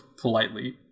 politely